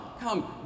come